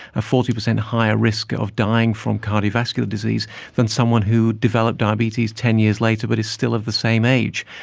a forty percent higher risk of dying from cardiovascular disease than someone who would develop diabetes ten years later but is still of the same age.